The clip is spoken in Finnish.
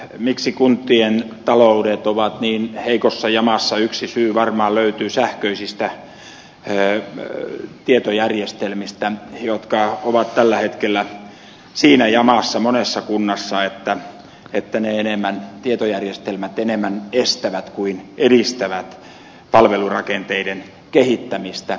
miksi kuntien taloudet ovat niin heikossa jamassa yksi syy varmaan löytyy sähköisistä tietojärjestelmistä jotka ovat tällä hetkellä siinä jamassa monessa kunnassa että tietojärjestelmät enemmän estävät kuin edistävät palvelurakenteiden kehittämistä